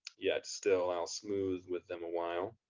yet still i'll smooth with them awhile,